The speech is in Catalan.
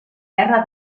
terra